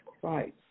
Christ